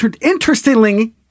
Interestingly